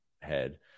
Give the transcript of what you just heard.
head